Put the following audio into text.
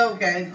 Okay